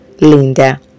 Linda